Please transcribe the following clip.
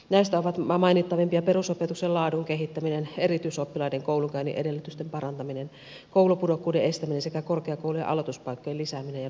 näistä ovat mainittavimpia perusopetuksen laadun kehittäminen erityisoppilaiden koulunkäynnin edellytysten parantaminen koulupudokkuuden estäminen sekä korkeakoulujen aloituspaikkojen lisääminen ja nuorisotakuu